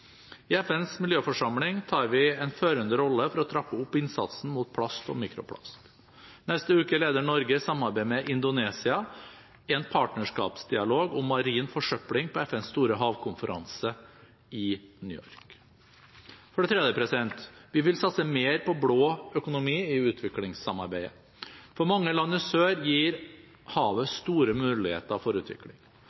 I FNs miljøforsamling tar vi en førende rolle for å trappe opp innsatsen mot plast og mikroplast. Neste uke leder Norge, i samarbeid med Indonesia, en partnerskapsdialog om marin forsøpling på FNs store havkonferanse i New York. For det tredje: Vi vil satse mer på blå økonomi i utviklingssamarbeidet. For mange land i sør gir havet